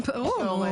בתקשורת,